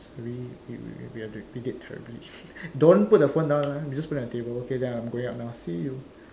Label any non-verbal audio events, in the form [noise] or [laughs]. three we did terribly [laughs] don't put the phone down ah we just put it on the table okay then I'm going out now see you